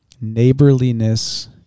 neighborliness